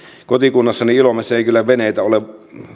kotikunnassani ilomantsissa ei kyllä veneitä ole